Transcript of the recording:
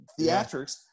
theatrics